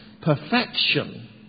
perfection